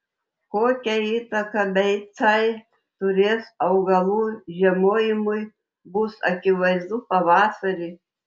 kokią įtaką beicai turės augalų žiemojimui bus akivaizdu pavasarį